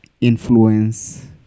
influence